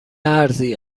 ارزی